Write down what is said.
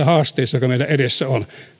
haasteesta joka meillä edessä on